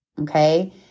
Okay